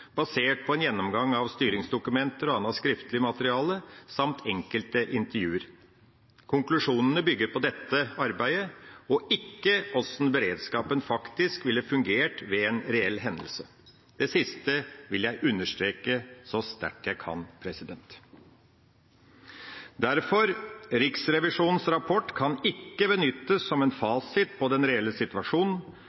basert på en gjennomgang av styringsdokumenter og annet skriftlig materiale samt enkelte intervjuer. Konklusjonene bygger på dette arbeidet og ikke hvordan beredskapen faktisk ville fungert ved en reell hendelse. Det siste vil jeg understreke så sterkt jeg kan. Derfor kan Riksrevisjonens rapport ikke benyttes som en fasit på den reelle situasjonen,